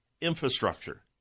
infrastructure